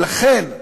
ולכן,